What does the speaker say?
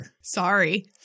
sorry